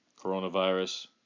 Coronavirus